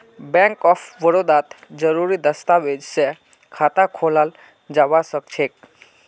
bank of बड़ौदात जरुरी दस्तावेज स खाता खोलाल जबा सखछेक